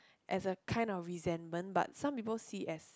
as a kind of resentment but some people see as